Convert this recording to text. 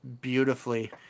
beautifully